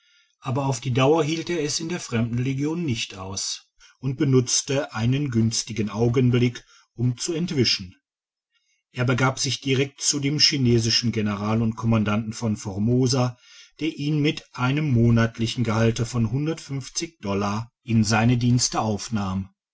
aber auf die dauer hielt er es in der fremdenlegion nicht aus und benutzte einen günstigen augenblick um zu entwischen er begab sich direkt zu dem chinesischen general und kommandanten von formosa der ihn mit einem monatlichen gehalte von dollar in seine digitized by google dienste aufnahm